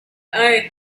i—i